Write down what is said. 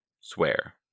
Swear